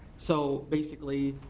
so basically,